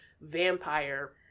vampire